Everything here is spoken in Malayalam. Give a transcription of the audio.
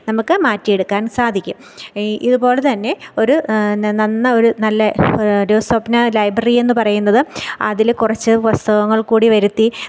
നമുക്ക് മാറ്റിയെടുക്കാൻ സാധിക്കും ഈ ഇതുപോലെ തന്നെ ഒരു നന്ന ഒരു നല്ല ഒരു സ്വപ്ന ലൈബ്രറി എന്ന് പറയുന്നത് അതിൽ കുറച്ച് പുസ്തകങ്ങൾ കൂടി വരുത്തി